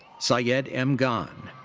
so yeah seyed m. ghane.